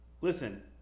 listen